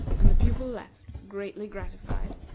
and the pupil left, greatly gratified.